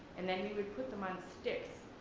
and then you would put them on sticks,